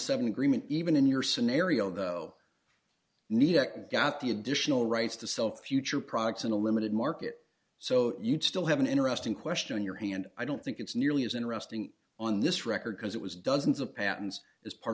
seven agreement even in your scenario though need at got the additional rights to sell future products in a limited market so you'd still have an interesting question in your hand i don't think it's nearly as interesting on this record because it was dozens of patents is part